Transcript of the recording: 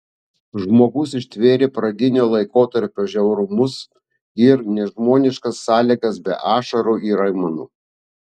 žmogus ištvėrė pradinio laikotarpio žiaurumus ir nežmoniškas sąlygas be ašarų ir aimanų